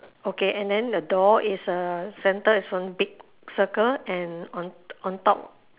okay and then the door is err centre is one big circle and on on top